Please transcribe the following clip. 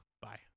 bye